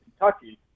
Kentucky